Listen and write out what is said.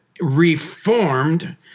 reformed